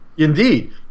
Indeed